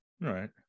right